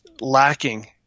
lacking